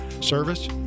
service